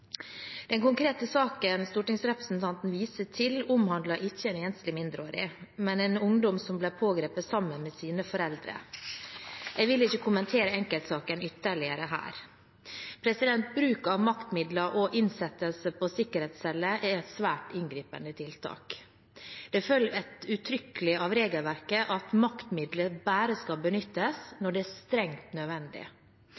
ungdom som ble pågrepet sammen med sine foreldre. Jeg vil ikke kommentere enkeltsaken ytterligere her. Bruk av maktmidler og innsettelse på sikkerhetscelle er et svært inngripende tiltak. Det følger uttrykkelig av regelverket at maktmidler bare skal benyttes